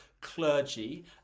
clergy